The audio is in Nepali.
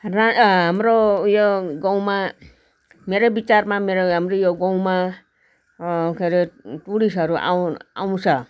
र हाम्रो उयो गाउँमा मेरो विचारमा मेरो हाम्रो यो गाउँमा के अरे टुरिस्टहरू आउँ आउँछ